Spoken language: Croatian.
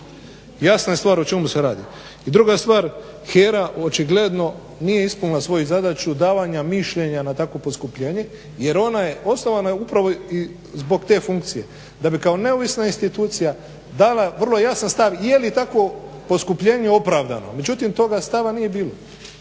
Jasna je stvar o čemu se radi. I druga stvar HERA očigledno nije ispunila svoju zadaću davanja mišljenja na takvo poskupljenje jer ona je osnovana upravo zbog te funkcije da bi kao neovisna institucija dala vrlo jasan stav je li takvo poskupljenje opravdano. Međutim toga stava nije bilo,